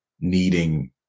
needing